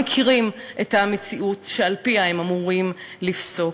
מכירים את המציאות שעל-פיה הם אמורים לפסוק.